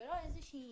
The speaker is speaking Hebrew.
ולא איזושהי